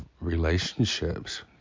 relationships